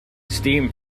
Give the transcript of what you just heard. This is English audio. steam